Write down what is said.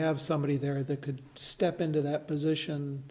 have somebody there that could step into that position